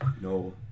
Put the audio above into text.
No